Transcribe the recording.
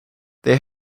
they